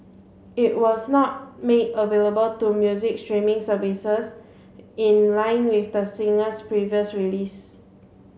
it was not made available to music streaming services in line with the singer's previous release